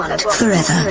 forever